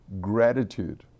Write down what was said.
gratitude